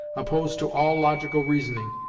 opposed to all logical reasoning,